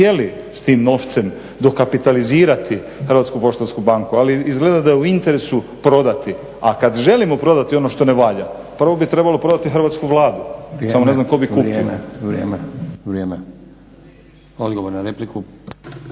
Hrvatsku poštansku banku.